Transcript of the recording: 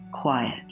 Quiet